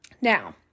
Now